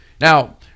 Now